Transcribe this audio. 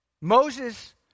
Moses